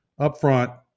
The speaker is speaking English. upfront